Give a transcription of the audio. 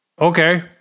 Okay